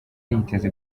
yiteze